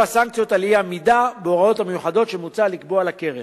סנקציות על אי-עמידה בהוראות המיוחדות שמוצע לקבוע לקרן.